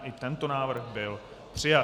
I tento návrh byl přijat.